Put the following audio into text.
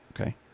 okay